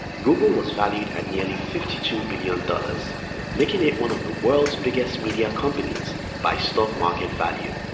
google was valued at nearly fifty two billion dollars making it one of the world's biggest media companies by stock market value.